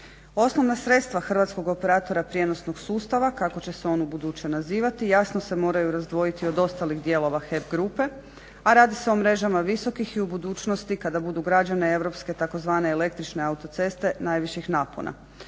Osnovna sredstva hrvatskog operatora prijenosnog sustava kako će se on ubuduće nazivati jasno se moraju razdvojiti od ostalih dijelova HEP grupe, a radi se o mrežama visokih i u budućnosti kada budu građane europske tzv. električne autoceste najviših napona.